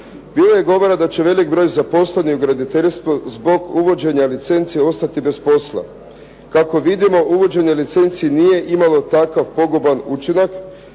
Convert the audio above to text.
Bilo je govora da će velik broj zaposlenih u graditeljstvu zbog uvođenja licenci ostati bez posla. Kako vidimo uvođenje licenci nije imalo takav poguban učinak.